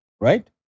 right